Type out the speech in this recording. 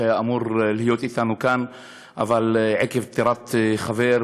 שהיה אמור להיות אתנו כאן אבל עקב פטירת חבר,